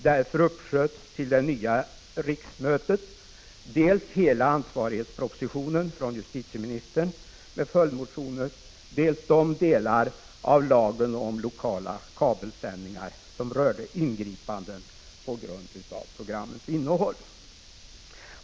Därför uppsköts till detta riksmöte dels hela ansvarighetspropositionen från justitieministern med följdmotioner, dels de delar av lagen om lokala kabelsändningar som rörde ingripanden på grund av programmens innehåll.